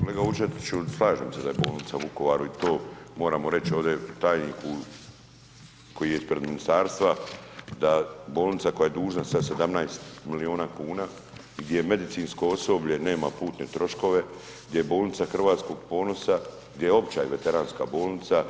Kolega Vučetiću, slažem se da je bolnica u Vukovaru i to moramo reći ovdje tajniku koji je ispred ministarstva da bolnica koja je dužna sa 17 milijuna kuna gdje medicinsko osoblje nema putne troškove, gdje bolnica Hrvatskog ponosa, gdje je opća i veteranska bolnica,